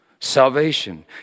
Salvation